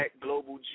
Global